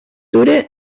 dure